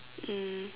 mm